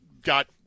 got